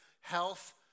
health